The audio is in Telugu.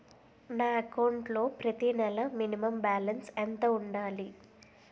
నా అకౌంట్ లో ప్రతి నెల మినిమం బాలన్స్ ఎంత ఉండాలి?